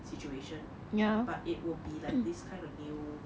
situation but it will be like this kind of new